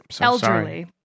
elderly